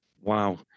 Wow